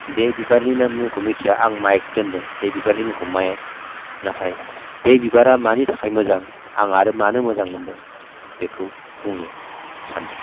बे बिबारनि मुंखौ मिथिया आं माइक दोन्दों बे बिबारनि मुंखौ माइक नाथाय बे बिबारा मानि थाखाय मोजां आं आरो मानो मोजां मोन्दों बेखौ बुंनो सान्दों